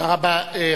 תודה רבה.